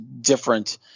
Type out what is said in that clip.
different